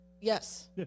Yes